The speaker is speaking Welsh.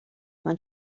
mewn